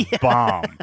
bomb